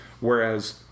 whereas